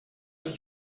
els